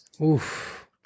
Oof